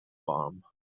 warm